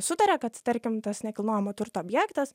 sutaria kad tarkim tas nekilnojamo turto objektas